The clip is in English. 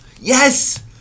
Yes